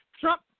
Trump